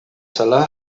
zela